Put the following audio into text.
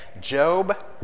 Job